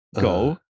go